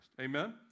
Amen